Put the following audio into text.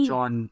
John